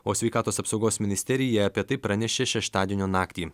o sveikatos apsaugos ministerija apie tai pranešė šeštadienio naktį